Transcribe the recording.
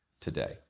today